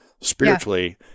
spiritually